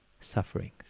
sufferings